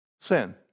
Sin